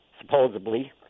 supposedly